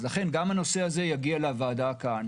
לכן גם הנושא הזה יגיע לוועדה כאן.